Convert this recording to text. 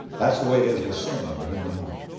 that's the way it is with sin in the human heart.